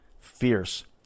fierce